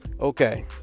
okay